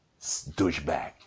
douchebag